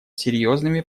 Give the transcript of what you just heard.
серьезными